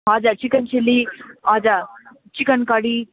हजुर chicken chilli हजुर chicken curry